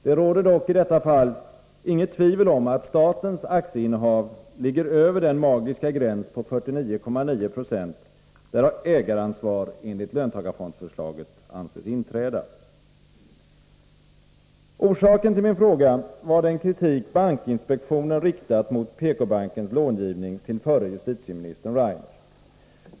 Det råder dock i detta fall inget tvivel om att statens aktieinnehav ligger över den magiska gräns på 49,9 90 där ägaransvar enligt löntagarfondsförslaget anses inträda. Orsaken till min fråga var den kritik bankinspektionen riktade mot PK-bankens långivning till förre justitieministern Rainer.